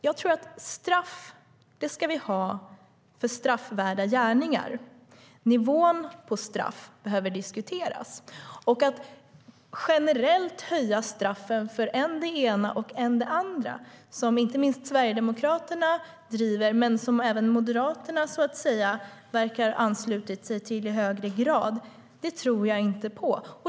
Jag tycker att vi ska ha straff för straffvärda gärningar, och nivån på straff behöver diskuteras. Att generellt höja straffen för än det ena, än det andra, vilket inte minst Sverigedemokraterna driver men som även Moderaterna verkar ha anslutit sig till i högre grad, tror jag inte på.